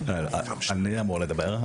אני אמור לדבר.